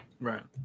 Right